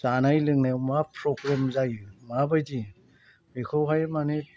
जानाय लोंनायाव मा प्रब्लेम जायो माबायदि बेखौहाय माने